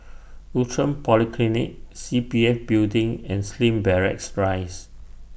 Outram Polyclinic C P F Building and Slim Barracks Rise